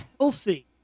healthy